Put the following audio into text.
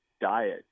diet